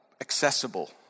accessible